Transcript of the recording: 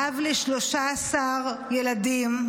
אב ל-13 ילדים,